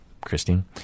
Christine